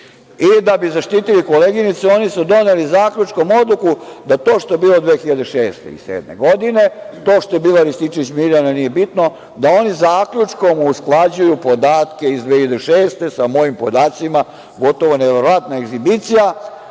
i da bi zaštitili koleginicu oni su doneli zaključkom odluku da to što je bilo 2006. i 2007. godine, to što je bila Rističević Mirjana nije bitno, da oni zaključkom usklađuju podatke iz 2006. godine sa mojim podacima, gotovo neverovatna egzibicija,